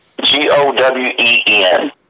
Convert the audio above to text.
G-O-W-E-N